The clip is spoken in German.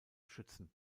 schützen